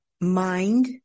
mind